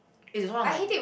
it's one of my